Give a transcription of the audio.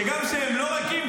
שגם כשהם לא ריקים,